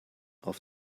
auf